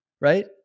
right